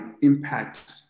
impact